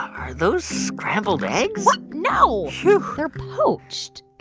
are those scrambled eggs? what? no. they're poached.